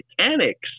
mechanics